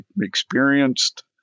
experienced